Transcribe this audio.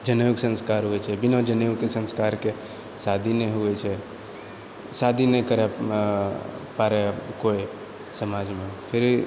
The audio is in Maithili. जनेउके संस्कार होइत छै बिना जनेउके संस्कारके शादी नहि होइत छै शादी नहि करब पर कोइ समाजमे फिर